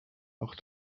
auch